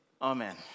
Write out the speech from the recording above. Amen